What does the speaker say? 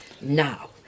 Now